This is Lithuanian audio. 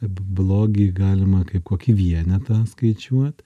blogį galima kaip kokį vienetą skaičiuot